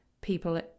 people